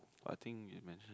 I think you mentioned